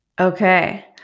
Okay